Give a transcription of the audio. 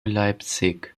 leipzig